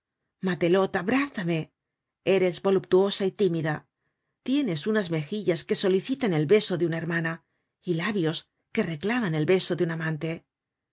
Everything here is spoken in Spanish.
yo matelote abrázame eres voluptuosa y tímida tienes unas mejillas que solicitan el beso de una hermana y labios que reclaman el beso de un amante